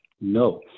No